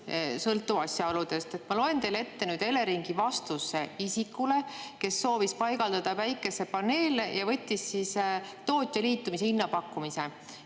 sõltub asjaoludest. Ma loen teile ette Eleringi vastuse isikule, kes soovis paigaldada päikesepaneele ja võttis tootja liitumise hinnapakkumise.